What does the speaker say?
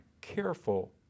careful